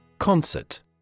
Concert